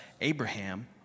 Abraham